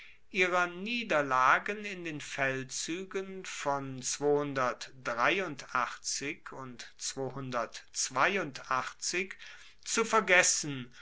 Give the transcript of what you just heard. ihrer niederlagen in den feldzuegen von und zu vergessen